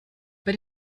but